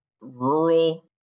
rural